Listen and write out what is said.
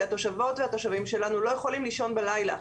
כי התושבות והתושבים שלנו לא יכולים לישון בלילה.